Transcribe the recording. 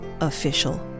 official